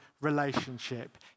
relationship